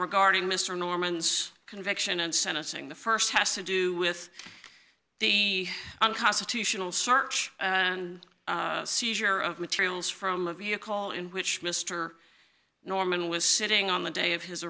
regarding mr norman's conviction and sentencing the st has to do with the unconstitutional search and seizure of materials from a vehicle in which mr norman was sitting on the day of his